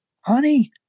Honey